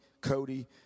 Cody